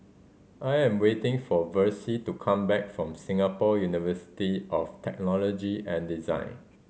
I am waiting for Versie to come back from Singapore University of Technology and Design